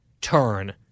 turn